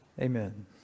amen